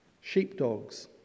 sheepdogs